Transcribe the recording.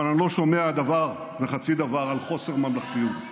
אבל אני לא שומע דבר וחצי דבר על חוסר ממלכתיות.